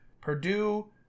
Purdue